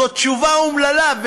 זאת תשובה אומללה,